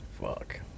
Fuck